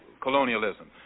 colonialism